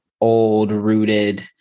old-rooted